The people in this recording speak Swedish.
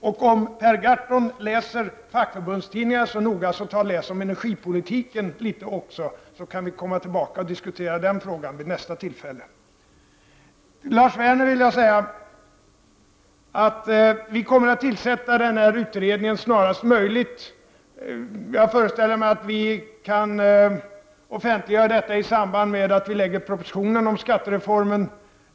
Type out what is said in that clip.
Om Per Gahrton läser fackförbundstidningarna så noga, tag då och läs om energipolitiken också, så kan vi komma tillbaka och diskutera den frågan vid nästa tillfälle. Till Lars Werner vill jag säga att vi kommer att tillsätta utredningen snarast möjligt. Jag föreställer mig att vi kan offentliggöra detta i samband med att vi lägger fram propositionen om skattereformen.